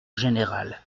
général